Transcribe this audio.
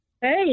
Hey